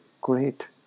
great